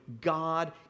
God